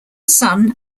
son